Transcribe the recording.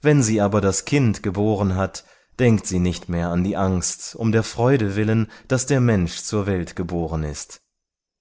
wenn sie aber das kind geboren hat denkt sie nicht mehr an die angst um der freude willen daß der mensch zur welt geboren ist